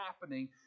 happening